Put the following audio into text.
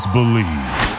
Believe